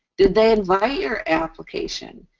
did they invite your application?